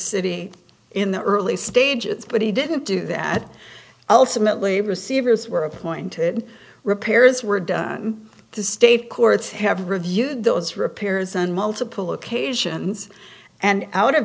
city in the early stages but he didn't do that ultimately receivers were appointed repairs were done to state courts have reviewed those repairs on multiple occasions and out of